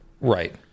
Right